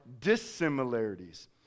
dissimilarities